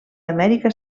amèrica